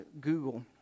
Google